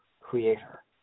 creator